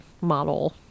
model